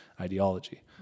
ideology